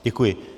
Děkuji.